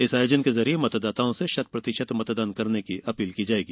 इस आयोजन के जरिए मतदाताओं से शतप्रतिशत मतदान करने की अपील की जायेगी